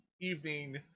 evening